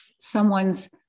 Someone's